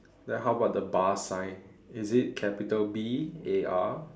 then how about the bar sign is it capital B A R